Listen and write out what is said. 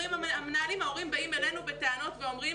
המנהלים אומרים שההורים באים אליהם בטענות ואומרים